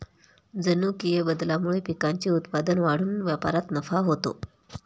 जनुकीय बदलामुळे पिकांचे उत्पादन वाढून व्यापारात नफा होतो